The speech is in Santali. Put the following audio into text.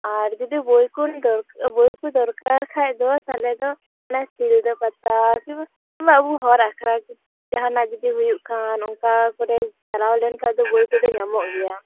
ᱟᱨ ᱡᱩᱫᱤ ᱵᱳᱭ ᱠᱚ ᱫᱚᱨ ᱵᱟᱹᱭᱠᱩᱡ ᱫᱚᱨᱠᱟᱨ ᱠᱷᱟᱡᱫᱚ ᱛᱟᱦᱚᱞᱮ ᱫᱚ ᱚᱱᱮ ᱥᱤᱞᱫᱟᱹ ᱯᱟᱛᱟ ᱠᱤᱱᱵᱟ ᱟᱹᱵᱩ ᱦᱚᱲ ᱟᱠᱷᱲᱟ ᱡᱟᱦᱟᱱᱟᱜᱼᱜᱮ ᱦᱩᱭᱩᱜ ᱠᱷᱟᱱ ᱚᱱᱠᱟ ᱠᱚᱨᱮ ᱪᱟᱞᱟᱣ ᱞᱮᱱᱠᱷᱟᱡ ᱫᱚ ᱵᱟᱹᱤ ᱠᱚᱫᱚ ᱧᱟᱢᱚᱜ ᱜᱮᱭᱟ